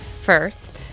First